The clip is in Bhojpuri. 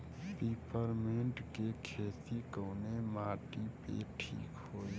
पिपरमेंट के खेती कवने माटी पे ठीक होई?